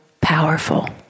powerful